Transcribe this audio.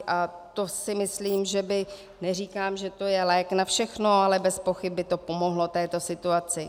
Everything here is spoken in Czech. A to si myslím, že by neříkám, že je to lék na všechno ale bezpochyby by to pomohlo této situaci.